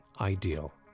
ideal